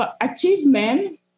achievement